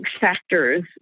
factors